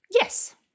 Yes